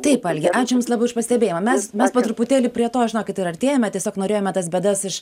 taip algi ačiū jums labai už pastebėjimą mes mes po truputėlį prie to žinokit ir artėjame tiesiog norėjome tas bėdas iš